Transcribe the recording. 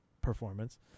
performance